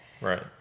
Right